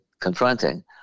confronting